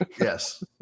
Yes